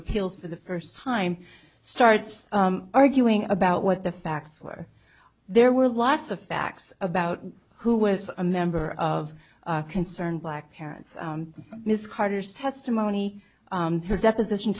appeals for the first time starts arguing about what the facts were there were lots of facts about who was a member of concerned black parents miss carter's testimony her deposition